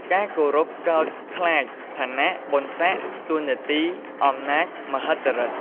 ការគោរពកោតខ្លាចឋានៈ បុណ្យសក្តិ តួនាទី អំណាចមហិទ្ធិឬទ្ធ។